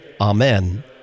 Amen